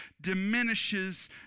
diminishes